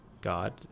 God